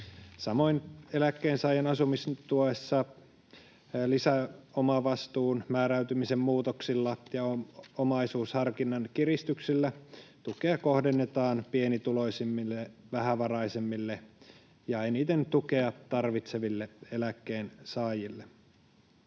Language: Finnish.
samoin eläkkeensaajan asumistuessa lisäomavastuun määräytymisen muutoksilla ja omaisuusharkinnan kiristyksellä tukea kohdennetaan pienituloisimmille, vähävaraisimmille ja eniten tukea tarvitseville eläkkeensaajille.